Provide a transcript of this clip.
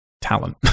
talent